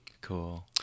Cool